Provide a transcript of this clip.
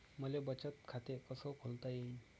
मले बचत खाते कसं खोलता येईन?